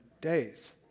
days